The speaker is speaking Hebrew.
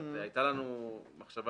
הייתה לנו מחשבה